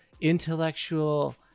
intellectual